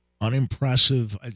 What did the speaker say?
unimpressive